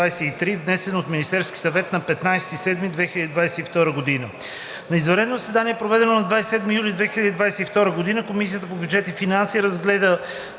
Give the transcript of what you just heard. внесен от Министерския съвет на 26 юли 2022 г. На извънредно заседание, проведено на 27 юли 2022 г., Комисията по бюджет и финанси разгледа